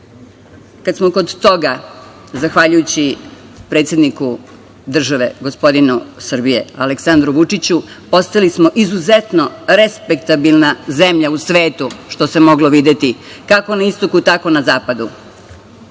smo kod toga, zahvaljujući predsedniku države Srbije, gospodinu Aleksandru Vučiću, ostali smo izuzetno respektabilna zemlja u svetu, što se moglo videti, kako na istoku, tako na zapadu.